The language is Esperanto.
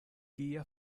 kia